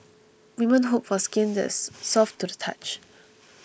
women hope for skin that is soft to the touch